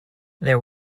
there